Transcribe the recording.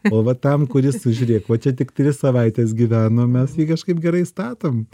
o vat tam kuris žiūrėk va čia tik tris savaites gyvenom mes tai kažkaip gerai statom